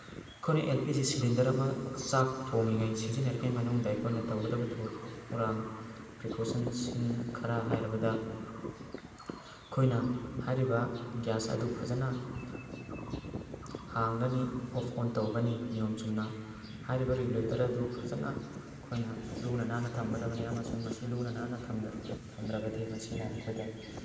ꯑꯩꯈꯣꯏꯅ L P G cylinder ꯑꯃ ꯆꯥꯛ ꯊꯣꯡꯉꯤꯉꯩ ꯁꯤꯖꯤꯟꯅꯔꯤꯉꯩ ꯃꯅꯨꯡꯗ ꯑꯩꯈꯣꯏꯅ ꯇꯧꯗꯕ ꯊꯧꯔꯥꯡ ꯄ꯭ꯔꯤꯀꯣꯁꯟꯁꯤꯡ ꯈꯔ ꯍꯥꯏꯔꯕꯗ ꯑꯩꯈꯣꯏꯅ ꯍꯥꯏꯔꯤꯕ ꯒ꯭ꯌꯥꯁ ꯑꯗꯨ ꯐꯖꯅ ꯍꯥꯡꯂꯅꯤ ꯑꯣꯐ ꯑꯣꯟ ꯇꯧꯒꯅꯤ ꯅꯤꯌꯣꯝ ꯆꯨꯝꯅ ꯍꯥꯏꯔꯤꯕ ꯔꯤꯒꯨꯂꯦꯇꯔ ꯑꯗꯨ ꯐꯖꯅ ꯑꯩꯈꯣꯏꯅ ꯂꯨꯅ ꯅꯥꯟꯅ ꯊꯝꯒꯗꯕꯅꯤ ꯑꯃꯁꯨꯡ ꯃꯁꯤ ꯂꯨꯅ ꯅꯥꯟꯅ ꯊꯝꯗ꯭ꯔꯕꯗꯤ ꯃꯁꯤꯅ ꯑꯩꯈꯣꯏꯗ